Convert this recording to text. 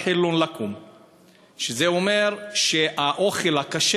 של אלה אשר ניתַן להם הספר לפניכם",) שזה אומר שהאוכל הכשר,